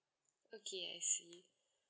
okay I see